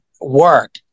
work